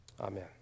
Amen